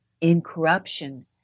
incorruption